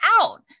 out